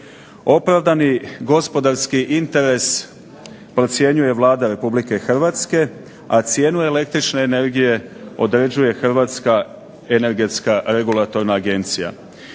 Opravdani gospodarski interes procjenjuje Vlada Republike Hrvatske, a cijenu električne energije određuje Hrvatska energetska regulatorna agencija.